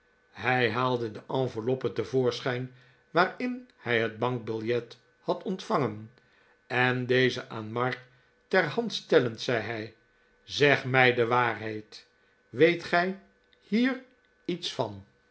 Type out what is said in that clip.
hij haalde de enveloppe te voorschijn waarin hij het bankbiljet had ontvangen en deze aan mark ter hand stellend zei hij zeg mij de waarheid weet gij hier iets van